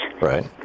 Right